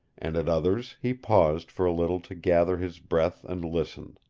and at others he paused for a little to gather his breath and listen.